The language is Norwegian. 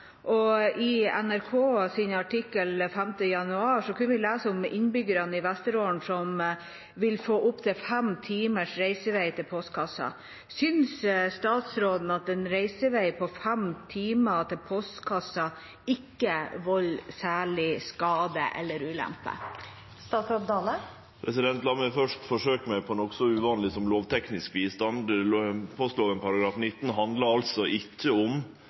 og det ikke volder særlig skade eller ulempe.» I NRK sin artikkel 5. januar kan vi lese om innbyggere i Vesterålen som ville fått opptil fem timers reisevei til postkassen. Synes statsråden at en reisevei på fem timer til postkassen «ikke volder særlig skade eller ulempe»?» La meg først forsøke meg på noko så uvanleg som lovteknisk bistand. Postlova § 19 handlar ikkje om